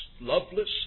loveless